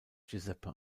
giuseppe